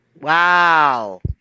Wow